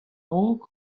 raok